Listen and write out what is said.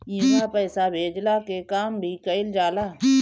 इहवा पईसा भेजला के काम भी कइल जाला